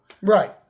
Right